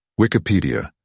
Wikipedia